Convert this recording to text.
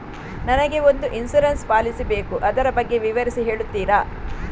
ನನಗೆ ಒಂದು insurance policy ಬೇಕು ಅದರ ಬಗ್ಗೆ ವಿವರಿಸಿ ಹೇಳುತ್ತೀರಾ?